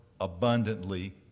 abundantly